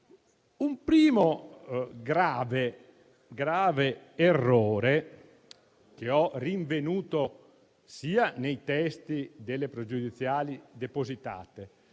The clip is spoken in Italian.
Un primo grave errore, che ho rinvenuto sia nei testi delle pregiudiziali depositate,